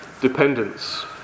dependence